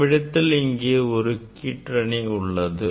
நம்மிடத்தில் இங்கே ஒரு கீற்றணி உள்ளது